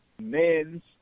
men's